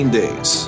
days